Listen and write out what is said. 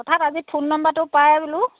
হঠাৎ আজি ফোন নাম্বাৰটো পাই বোলো